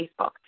Facebook